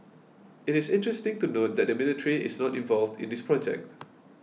it is interesting to note that the military is not involved in this project